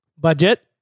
budget